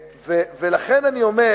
לכן אני אומר: